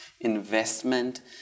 investment